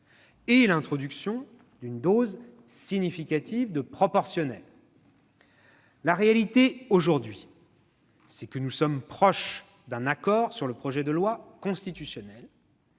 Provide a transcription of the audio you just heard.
et l'introduction d'une dose significative de proportionnelle. » Quel silence !« La réalité, aujourd'hui, c'est que nous sommes proches d'un accord sur le projet de loi constitutionnelle,